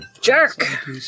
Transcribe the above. Jerk